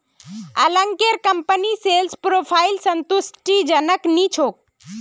अंकलेर कंपनीर sales profile संतुष्टिजनक नी छोक